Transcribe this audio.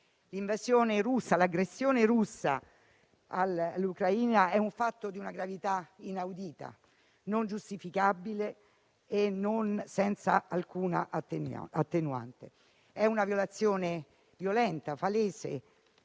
L'aggressione russa all'Ucraina è un fatto di una gravità inaudita, non giustificabile e senza alcuna attenuante; è una violazione violenta e palese